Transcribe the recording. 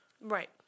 right